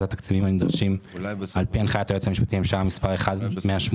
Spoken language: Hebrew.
התקציבים הנדרשים על פי הנחיית היועץ המשפטי לממשלה מספר 1.180,